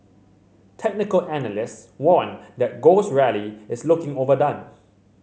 technical analysts warned that gold's rally is looking overdone